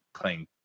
playing